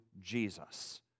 Jesus